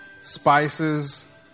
Spices